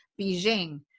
Beijing